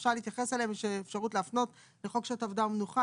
אפשר להתייחס אליהם שיש אפשרות להפנות לחוק שעות עבודה ומנוחה,